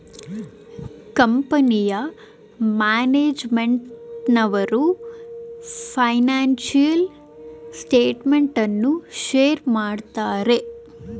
ಕಂಪನಿಯ ಮ್ಯಾನೇಜ್ಮೆಂಟ್ನವರು financial statement ಅನ್ನು ಶೇರ್ ಮಾಡುತ್ತಾರೆ